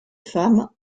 femme